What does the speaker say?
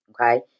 okay